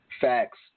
Facts